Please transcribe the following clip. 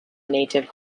native